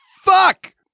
Fuck